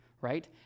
Right